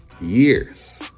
Years